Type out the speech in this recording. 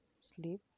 sleep